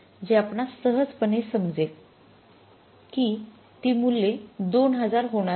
जे आपणास सहजपणे समजेल की ती मूल्ये २००० होणार आहेत